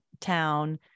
town